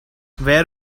where